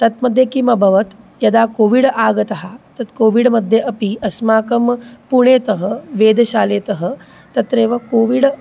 तत् मध्ये किम् अभवत् यदा कोविड् आगतः तत् कोविड् मध्ये अपि अस्माकं पुणेतः वेदशाले तः तत्रैव कोविड्